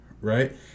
right